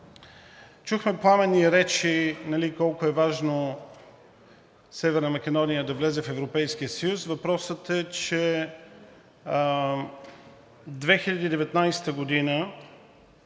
Чухме пламенни речи колко е важно Северна Македония да влезе в Европейския съюз – въпросът е, че 2019 г.,